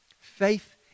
Faith